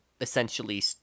essentially